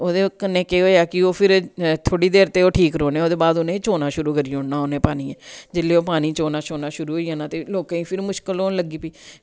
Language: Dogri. ओह्दे कन्ने केह् होया कि ओह् फिर थोह्ड़ी देर ते ओह् ठीक रौह्ने ओह्दे बाद उने चौना शुरू करीओड़ना उने पानियैं जेल्ले ओह् पानी चौना शोना शुरू होई जाना ते लोकें फिर मुशकल होन लग्गी पेई